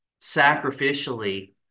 sacrificially